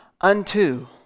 unto